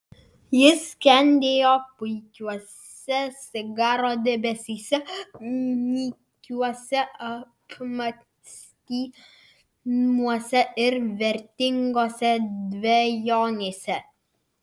jis skendėjo puikiuose cigaro debesyse nykiuose apmąstymuose ir vertingose dvejonėse